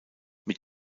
mit